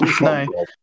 No